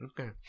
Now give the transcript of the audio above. Okay